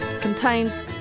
contains